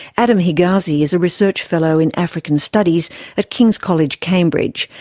adam higazi is a research fellow in african studies at king's college, cambridge.